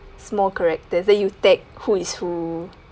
small characters then you tag who is who